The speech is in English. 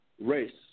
race